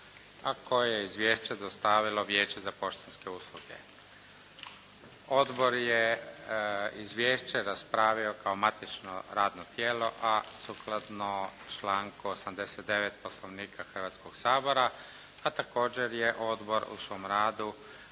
a koje je izvješće dostavilo Vijeće za poštanske usluge. Odbor je izvješće raspravio kao matično radno tijelo, a sukladno članku 89. Poslovnika Hrvatskog sabora, a također je odbor u svom radu